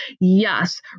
yes